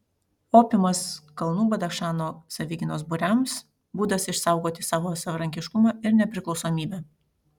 opiumas kalnų badachšano savigynos būriams būdas išsaugoti savo savarankiškumą ir nepriklausomybę